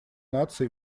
наций